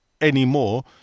anymore